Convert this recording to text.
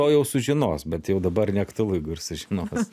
o jau sužinos bet jau dabar neaktualu jeigu ir sužinos